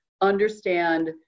understand